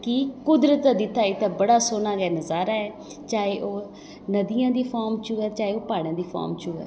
कि कुदरत दा दित्ता इत्थें बड़ा सोह्ना गै नज़ारा ऐ चाहे ओह् नदियें दी फॉर्म च होऐ चाहे ओह् प्हाड़ें दी फॉर्म च होऐ